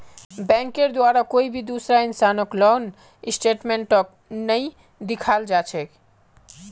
बैंकेर द्वारे कोई दूसरा इंसानक लोन स्टेटमेन्टक नइ दिखाल जा छेक